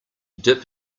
dip